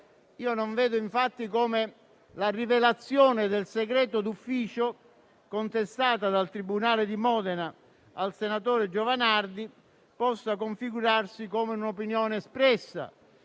Non vedo infatti come la rivelazione del segreto d'ufficio, contestata dal tribunale di Modena al senatore Giovanardi, possa configurarsi come un'opinione espressa.